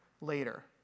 later